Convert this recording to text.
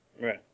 Right